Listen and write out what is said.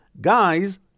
guys